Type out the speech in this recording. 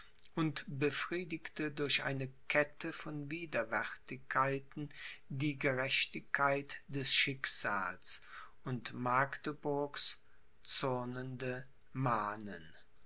und befriedigte durch eine kette von widerwärtigkeiten die gerechtigkeit des schicksals und magdeburgs zürnende manen